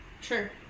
Sure